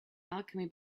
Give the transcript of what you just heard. alchemy